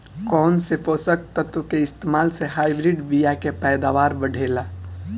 कौन से पोषक तत्व के इस्तेमाल से हाइब्रिड बीया के पैदावार बढ़ेला?